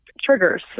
triggers